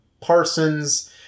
Parsons